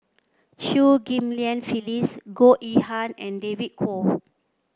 Chew Ghim Lian Phyllis Goh Yihan and David Kwo